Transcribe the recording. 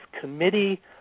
committee